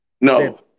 No